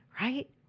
right